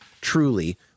truly